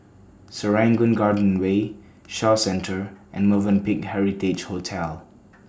Serangoon Garden Way Shaw Centre and Movenpick Heritage Hotel